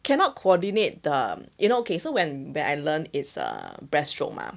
cannot coordinate the um okay so when I I learn is breast stroke mah